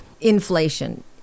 inflation